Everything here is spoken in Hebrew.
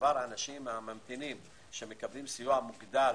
מספר האנשים הממתינים שמקבלים סיוע מוגדל